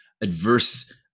adverse